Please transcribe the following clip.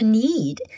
need